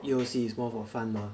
U_O_C it's more for fun mah